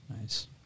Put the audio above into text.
Nice